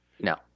no